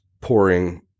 pouring